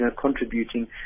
contributing